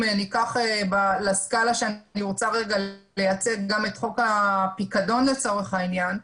ניקח לסקאלה שאני רוצה לייצג גם את חוק הפיקדון לצורך העניין,